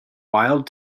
wild